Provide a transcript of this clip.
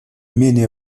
менее